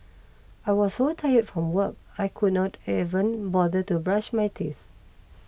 I was so tired from work I could not even bother to brush my teeth